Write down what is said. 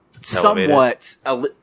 somewhat